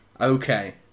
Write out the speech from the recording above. Okay